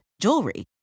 jewelry